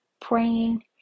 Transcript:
praying